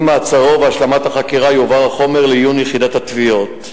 עם מעצרו והשלמת החקירה יועבר החומר לעיון יחידת התביעות.